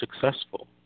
successful